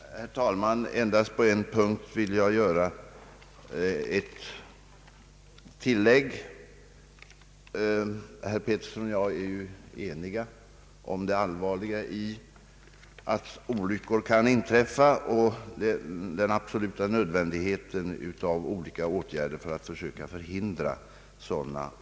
Herr talman! Endast på en punkt vill jag göra ett tillägg. Herr Pettersson och jag är ju överens om det allvarliga i att sådana här olyckor kan inträffa och att det är absolut nödvändigt att genom olika åtgärder försöka förhindra dem.